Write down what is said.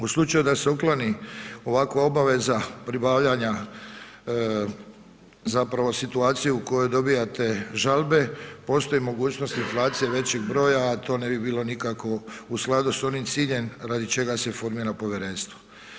U slučaju da se ukloni ovakva obaveza pribavljanja, zapravo situacije u kojoj dobivate žalbe postoji mogućnost inflacije većeg broja, a to ne bi bilo nikako u skladu s onim ciljem radi čega se formira povjerenstvo.